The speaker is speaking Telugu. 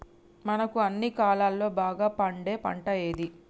మనకు అన్ని కాలాల్లో బాగా పండే పంట ఏది?